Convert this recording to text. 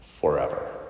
forever